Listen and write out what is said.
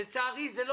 לצערי הצעת החוק לא